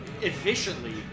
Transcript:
efficiently